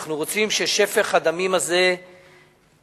אנחנו רוצים ששפך הדמים הזה ייפסק,